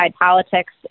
politics